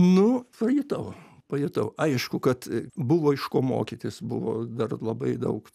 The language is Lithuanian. nu pajutau pajutau aišku kad buvo iš ko mokytis buvo dar labai daug